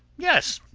yes,